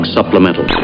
Supplemental